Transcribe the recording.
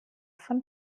von